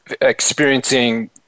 experiencing